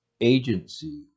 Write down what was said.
agency